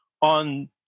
on